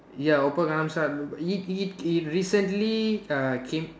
ya Oppa Gangnam style he he he recently uh came